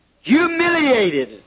humiliated